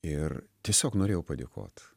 ir tiesiog norėjau padėkot